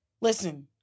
listen